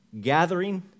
gathering